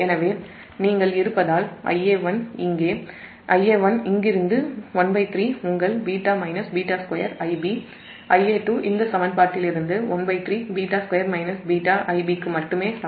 எனவே நீங்கள் இருந்தால் Ia1 இங்கிருந்து 13 உங்கள் β β2 IbIa2 இந்த சமன்பாட்டிலிருந்து 13 β2 β Ib க்கு மட்டுமே சமம்